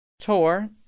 tour